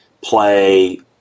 play